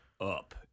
up